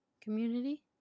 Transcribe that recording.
community